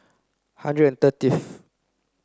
hundred thirtieth